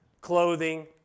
clothing